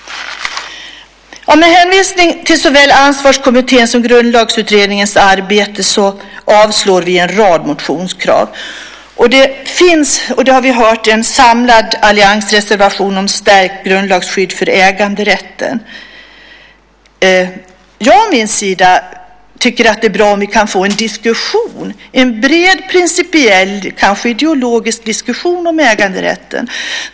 Med hänvisning till såväl Ansvarskommittén som Grundlagsutredningens arbete avslår vi en rad motionskrav. Det finns - det har vi hört - en samlad alliansreservation om stärkt grundlagsskydd för äganderätten. Jag tycker att det är bra om vi kan få en diskussion, en bred, principiell, kanske ideologisk, diskussion om äganderätten.